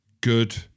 good